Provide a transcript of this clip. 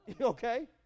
Okay